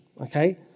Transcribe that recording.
Okay